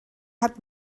hat